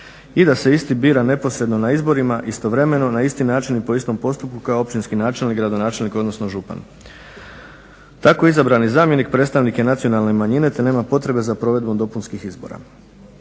i da se isti bira neposredno na izborima istovremeno na isti način i po istom postupku kao općinski načelnik, gradonačelnik odnosno župan. Tako izabrani zamjenik predstavnik je nacionalne manjine te nema potrebe za provedbom dopunskih izbora.